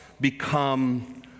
become